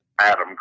Adam